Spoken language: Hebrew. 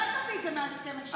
אולי תביא את זה מההסכם, אפשר?